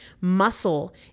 Muscle